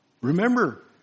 Remember